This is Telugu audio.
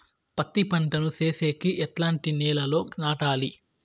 పత్తి పంట ను సేసేకి ఎట్లాంటి నేలలో నాటాలి?